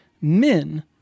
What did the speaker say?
men